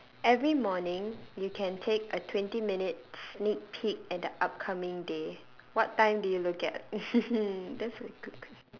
every morning you can take a twenty minute sneak peek at the upcoming day what time do you look at that's a good question